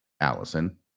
Allison